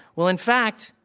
well, in fact,